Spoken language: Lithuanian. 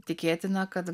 tikėtina kad